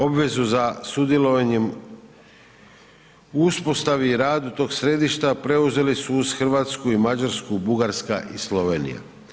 Obvezu za sudjelovanjem u uspostavi i radu tog središta preuzeli su uz Hrvatsku i Mađarsku, Bugarska i Slovenija.